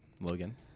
Logan